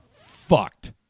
fucked